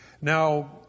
Now